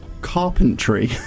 Carpentry